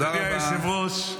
אדוני היושב-ראש,